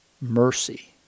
mercy